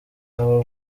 aba